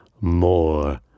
more